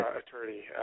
attorney